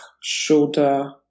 shoulder